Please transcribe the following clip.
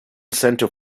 centre